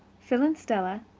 phil and stella,